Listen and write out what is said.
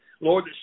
Lord